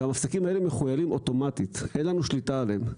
והמפסקים האלה מכוילים אוטומטית אין לנו שליטה עליהם.